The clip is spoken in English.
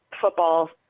football